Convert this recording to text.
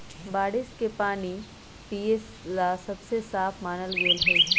बारिश के पानी पिये ला सबसे साफ मानल गेलई ह